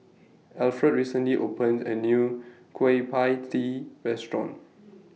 Alfred recently opened A New Kueh PIE Tee Restaurant